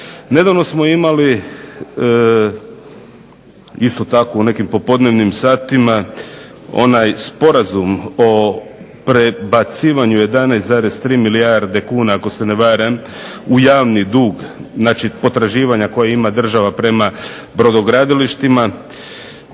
Nedavno smo imali isto tako u nekim popodnevnim satima onaj sporazum o prebacivanju 11,3 milijarde kuna, ako se ne varam, u javni dug, znači potraživanja koja ima država prema brodogradilištima.